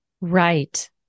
Right